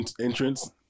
entrance